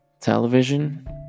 Television